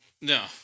No